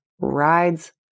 rides